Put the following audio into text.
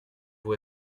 vous